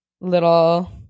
little –